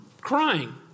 crying